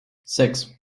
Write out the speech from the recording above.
sechs